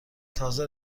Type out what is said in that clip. تازه